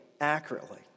accurately